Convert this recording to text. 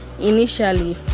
Initially